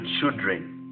children